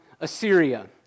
Assyria